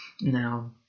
Now